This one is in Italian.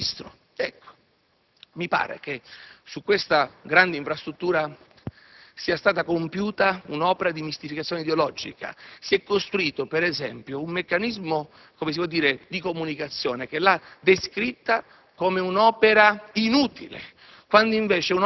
di qualche Ministro? Mi pare che su questa grande infrastruttura sia stata compiuta un'opera di mistificazione ideologica. Si è costruito, ad esempio, un meccanismo di comunicazione che l'ha descritta come un'opera inutile